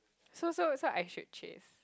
so so so I should chase